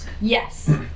Yes